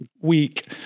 week